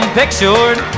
pictured